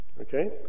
Okay